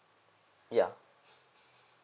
ya